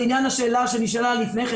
לעניין השאלה שנשאלה לפני כן,